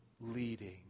leading